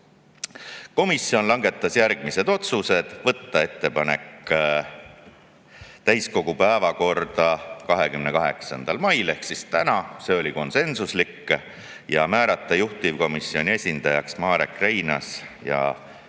Komisjon langetas järgmised otsused: võtta eelnõu täiskogu päevakorda 28. mail ehk [eile], see oli konsensuslik otsus, ja määrata juhtivkomisjoni esindajaks Marek Reinaas, ka